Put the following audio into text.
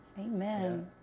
Amen